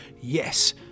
Yes